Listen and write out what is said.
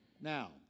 Now